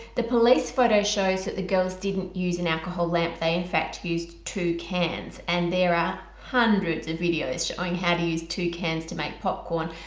the police photo shows that the girls didn't use an alcohol lamp they in fact used two cans and there are hundreds of videos showing how to use two cans to make popcorn.